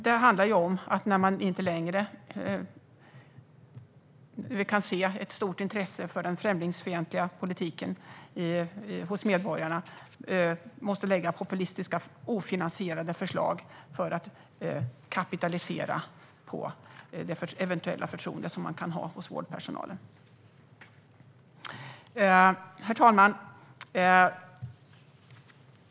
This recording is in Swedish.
Det handlar om att de när de inte längre kan se ett stort intresse för den främlingsfientliga politiken hos medborgarna måste lägga fram populistiska ofinansierade förslag för att kapitalisera på det eventuella förtroende de kan ha hos vårdpersonalen. Herr talman!